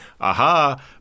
aha